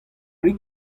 rit